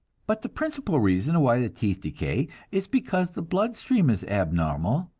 but the principal reason why the teeth decay is because the blood-stream is abnormal,